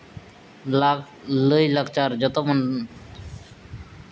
ᱞᱟᱭᱼᱞᱟᱠᱪᱟᱨ ᱡᱚᱛᱚ ᱵᱚᱱ